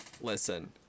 Listen